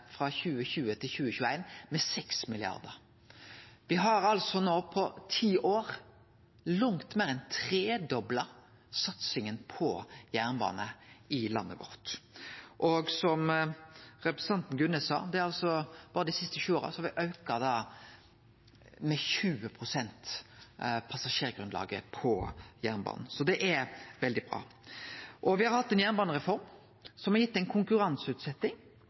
frå 2020 til 2021 med 6 mrd. kr. Me har altså på ti år langt meir enn tredobla satsinga på jernbane i landet vårt. Som representanten Gunnes sa, berre dei siste sju åra har me auka passasjergrunnlaget på jernbanen med 20 pst. Det er veldig bra. Me har hatt ei jernbanereform som har gitt